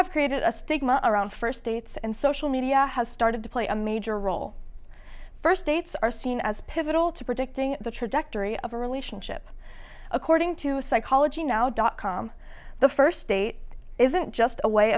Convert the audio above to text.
have created a stigma around first dates and social media has started to play a major role first dates are seen as pivotal to predicting the trajectory of a relationship according to psychology now dot com the first state isn't just a way